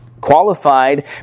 qualified